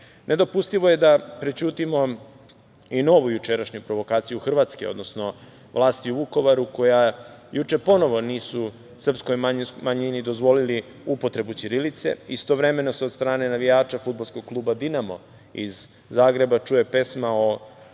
oglasio. Nedopustivo je da prećutimo i novu jučerašnju provokaciju Hrvatske, odnosno vlasti u Vukovaru, koja juče ponovo nisu srpskoj manjini dozvolili upotrebu ćirilice. Istovremeno se od strane navijača Fudbalskog kluba „Dinamo“ iz Zagreba čuje pesma